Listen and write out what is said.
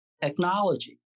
technology